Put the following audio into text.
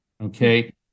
Okay